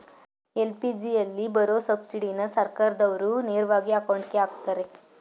ಎಲ್.ಪಿ.ಜಿಯಲ್ಲಿ ಬರೋ ಸಬ್ಸಿಡಿನ ಸರ್ಕಾರ್ದಾವ್ರು ನೇರವಾಗಿ ಅಕೌಂಟ್ಗೆ ಅಕ್ತರೆ